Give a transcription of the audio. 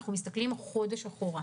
אנחנו מסתכלים חודש אחורה.